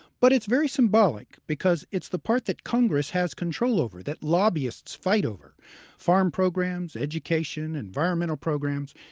but it's very symbolic because it's the part that congress has control over, that lobbyists fight over foreign programs, education, environmental programs.